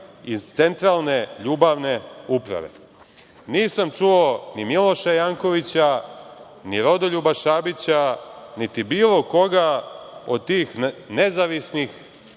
iz centralne ljubavne uprave. Nisam čuo ni Miloša Jankovića, ni Rodoljuba Šabića, niti bilo koga od tih nezavisnih